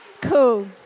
Cool